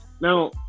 Now